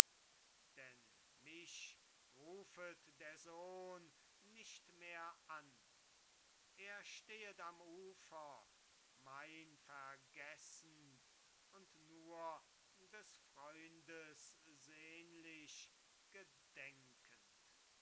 denn mich rufet der sohn nicht mehr an er stehet am ufer mein vergessend und nur des freundes sehnlich gedenkend